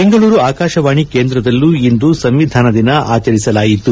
ಬೆಂಗಳೂರು ಆಕಾಶವಾಣಿ ಕೇಂದ್ರದಲ್ಲೂ ಇಂದು ಸಂವಿಧಾನ ದಿನ ಆಚರಿಸಲಾಯಿತು